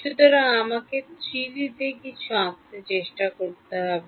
সুতরাং আমাকে 3D তে কিছু আঁকতে চেষ্টা করতে হবে